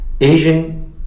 Asian